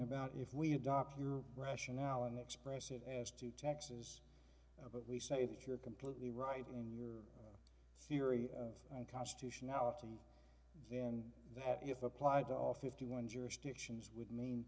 about if we adopt your rationale and express it as to texas but we say if you're completely right in your theory unconstitutionality then that if applied to all fifty one jurisdictions would mean